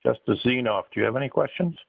just to see you know if you have any questions